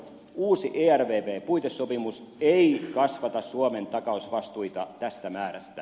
uusi ervv puitesopimus ei kasvata suomen takausvastuita tästä määrästä